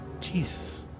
Jesus